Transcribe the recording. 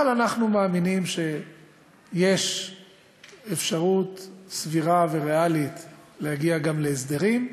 אבל אנחנו מאמינים שיש אפשרות סבירה וריאלית להגיע גם להסדרים,